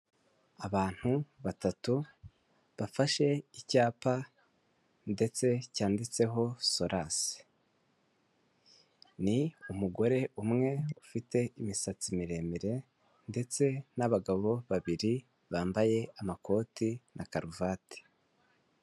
Abantu batatu bafashe icyapa, ndetse cyanditseho Sorasi ni umugore umwe ufite imisatsi miremire, ndetse n'abagabo babiri bambaye amakoti na karuvati.